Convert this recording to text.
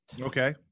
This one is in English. Okay